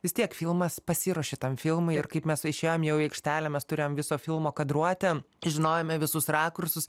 vis tiek filmas pasiruoši tam filmui ir kaip mes išėjom jau į aikštelę mes turėjom viso filmo kadruotę žinojome visus rakursus